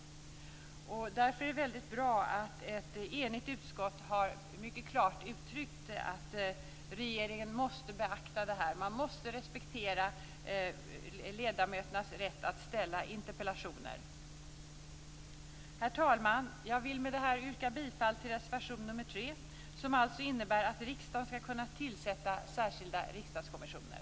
Det är väldigt bra att ett enigt utskott mycket klart har uttryckt att regeringen måste beakta det här. Man måste respektera ledamöternas rätt att ställa interpellationer. Herr talman! Jag yrkar bifall till reservation nr 3, som innebär att riksdagen skall kunna tillsätta särskilda riksdagskommissioner.